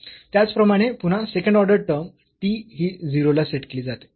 त्याचप्रमाणे पुन्हा second order term t ही 0 ला सेट केली जाते